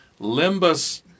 Limbus